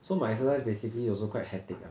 so my exercise basically also quite hectic ah